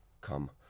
come